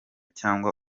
cyangwa